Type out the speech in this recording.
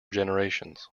generations